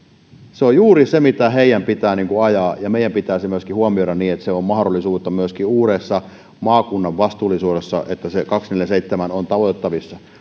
se on juuri se mitä heidän pitää ajaa ja meidän pitää se myöskin huomioida niin että se on mahdollista myöskin uudessa maakunnan vastuussa että se kaksikymmentäneljä kautta seitsemän on saavutettavissa kun